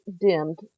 dimmed